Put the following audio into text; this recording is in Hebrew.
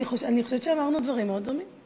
אני חושבת שאמרנו דברים מאוד דומים.